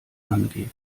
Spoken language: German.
angeht